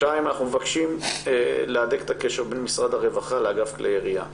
2. אנחנו מבקשים להדק את הקשר בין משרד הרווחה לאגף כלי ירייה.